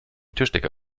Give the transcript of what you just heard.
tischdecke